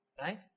right